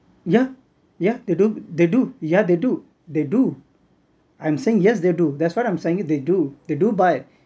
yeah yeah they do they do yeah they do they do I'm saying yes they do that's what I'm saying here they do they do buy